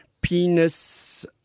penis